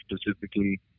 specifically